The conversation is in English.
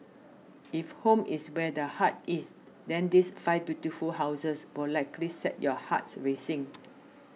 if home is where the heart is then these five beautiful houses will likely set your hearts racing